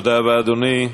תודה רבה, אדוני.